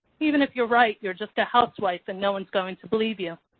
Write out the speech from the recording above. even if you're right, you're just a housewife and no one's going to believe you.